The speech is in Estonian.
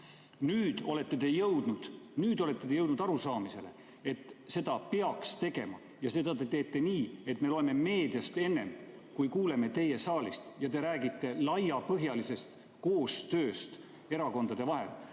Nüüd olete te jõudnud arusaamisele, et seda peaks tegema, ja seda te teete nii, et me loeme sellest enne meediast, kui kuuleme teilt saalis. Ja te räägite laiapõhjalisest koostööst erakondade vahel!